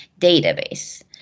database